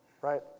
right